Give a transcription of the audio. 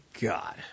God